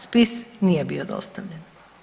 Spis nije bio dostavljen.